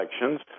elections